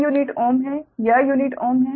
यह यूनिट Ω है यह यूनिट Ω है